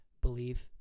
believe